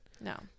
no